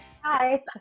Hi